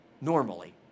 normally